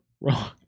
Wrong